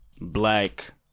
black